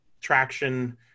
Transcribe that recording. traction –